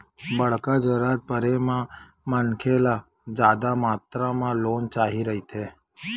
बड़का जरूरत परे म मनखे ल जादा मातरा म लोन चाही रहिथे